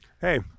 Hey